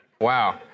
Wow